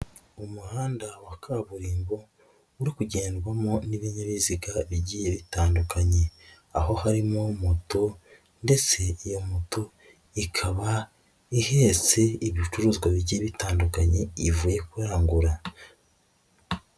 Umuhanda wa kaburimbo uri kugendwamo n'ibinyabiziga bigiye bitandukanye aho harimo moto ndetse iyo moto ikaba ihetse ibicuruzwa bigiye bitandukanye ivuye kurangura.